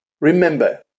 Remember